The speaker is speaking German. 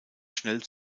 schnell